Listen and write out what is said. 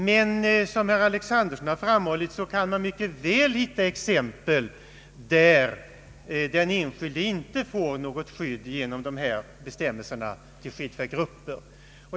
Men, som herr Alexanderson har framhållit, man kan mycket väl finna exempel där den enskilde till skillnad mot grupper inte får något skydd genom dessa bestämmelser.